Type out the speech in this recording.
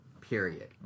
period